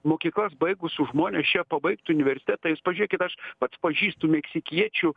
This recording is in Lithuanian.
mokyklas baigusius žmones čia pabaigt universitetą jūs pažiūrėkit aš pats pažįstu meksikiečių